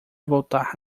voltar